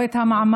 לא את המעמד